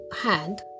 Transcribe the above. hand